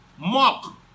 Mock